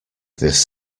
this